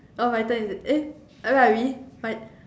oh my turn is it eh where are we my